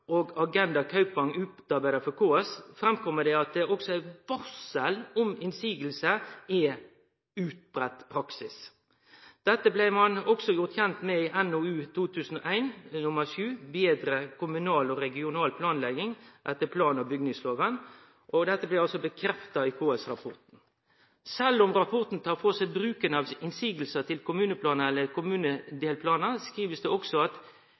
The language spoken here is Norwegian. og Agenda Kaupang utarbeidda for KS, kjem det fram at også varsel om motsegn er ein utbreidd praksis. Dette blei ein også gjort kjend med i NOU 2001: 7 Bedre kommunal og regional planlegging etter plan- og bygningsloven, og dette blei bekrefta i KS-rapporten. Sjølv om rapporten tar for seg bruken av motsegner til kommuneplanen eller kommunedelplanar, skriv ein også: